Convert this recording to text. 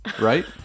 right